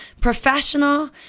professional